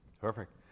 Perfect